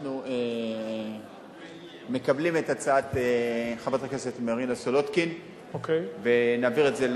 אנחנו מקבלים את הצעת חברת הכנסת מרינה סולודקין ונעביר את זה,